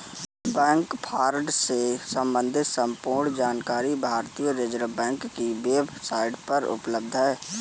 bank fraud से सम्बंधित संपूर्ण जानकारी भारतीय रिज़र्व बैंक की वेब साईट पर उपलब्ध है